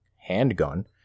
handgun